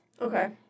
Okay